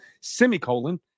Semicolon